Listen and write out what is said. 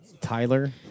Tyler